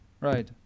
Right